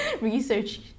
research